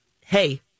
hey